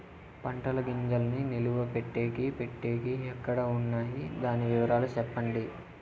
పంటల గింజల్ని నిలువ పెట్టేకి పెట్టేకి ఎక్కడ వున్నాయి? దాని వివరాలు సెప్పండి?